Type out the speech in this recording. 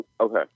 okay